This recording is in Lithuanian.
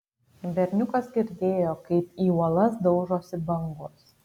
berniukas girdėjo kaip į uolas daužosi bangos